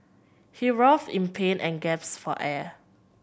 he writhed in pain and gasped for air